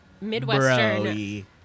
Midwestern